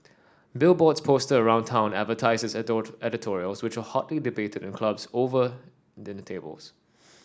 billboards posted around town advertised his editorials which were hotly debated in clubs and over dinner tables